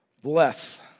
Bless